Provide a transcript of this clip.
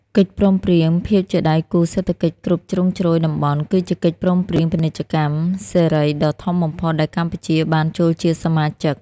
កិច្ចព្រមព្រៀងភាពជាដៃគូសេដ្ឋកិច្ចគ្រប់ជ្រុងជ្រោយតំបន់ គឺជាកិច្ចព្រមព្រៀងពាណិជ្ជកម្មសេរីដ៏ធំបំផុតដែលកម្ពុជាបានចូលជាសមាជិក។